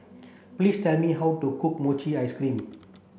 please tell me how to cook Mochi Ice Cream